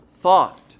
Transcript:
thought